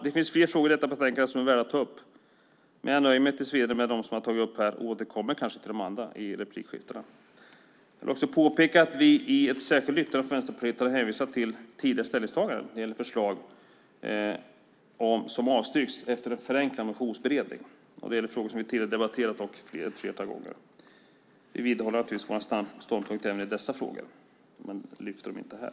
Det finns fler frågor i detta betänkande som är värda att tas upp, men jag nöjer mig tills vidare med dem som har tagits upp här och återkommer kanske till de andra i replikskiftena. Jag vill påpeka att vi i ett särskilt yttrande från Vänsterpartiet har hänvisat till tidigare ställningstaganden när det gäller förslag som har avstyrkts efter förenklad motionsberedning. Det gäller frågor som vi tidigare har debatterat ett flertal gånger. Vi vidhåller naturligtvis våra ståndpunkter även i dessa frågor men lyfter inte fram dem här.